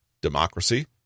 Democracy